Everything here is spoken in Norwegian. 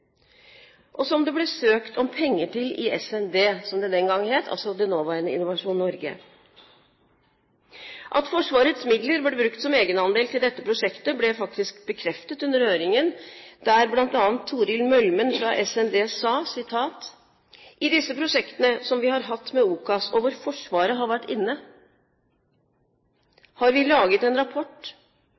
og som det ble søkt om penger til i SND, som det den gang het, altså det nåværende Innovasjon Norge. At Forsvarets midler ble brukt som egenandel til dette prosjektet, ble faktisk bekreftet under høringen, der Toril Mølmen fra SND bl.a. sa: «I disse prosjektene som vi har hatt med OCAS, og hvor Forsvaret har vært inne, har vi laget en rapport